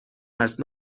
هست